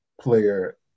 player